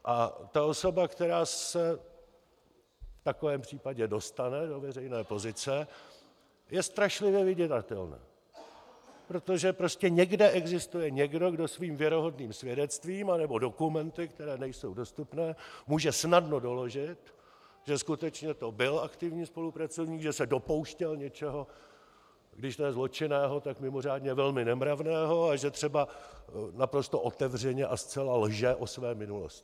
A ta osoba, která se v takovém případě dostane do veřejné pozice, je strašlivě vydíratelná, protože prostě někde existuje někdo, kdo svým věrohodným svědectvím nebo dokumenty, které nejsou dostupné, může snadno doložit, že skutečně to byl aktivní spolupracovník, že se dopouštěl něčeho když ne zločinného, tak mimořádně velmi nemravného, a že třeba naprosto otevřeně a zcela lže o své minulosti.